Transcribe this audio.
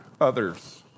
others